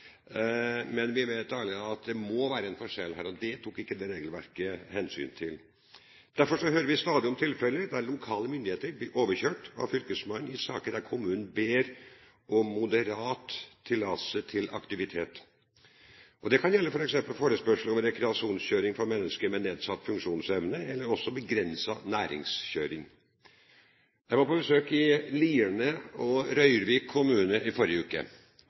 Men vi vet alle at det må være en forskjell her, og det tok ikke det regelverket hensyn til. Derfor hører vi stadig om tilfeller der lokale myndigheter blir overkjørt av fylkesmannen i saker der kommunen ber om moderat tillatelse til aktivitet. Det kan gjelde f.eks. forespørsel om rekreasjonskjøring for mennesker med nedsatt funksjonsevne, eller begrenset næringskjøring. Jeg var på besøk i Lierne og Røyrvik kommuner i forrige uke.